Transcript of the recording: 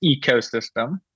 ecosystem